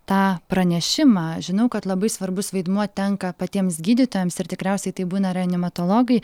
tą pranešimą žinau kad labai svarbus vaidmuo tenka patiems gydytojams ir tikriausiai tai būna reanimatologai